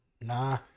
Nah